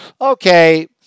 okay